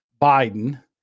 Biden